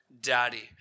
daddy